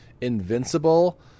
Invincible